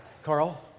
Carl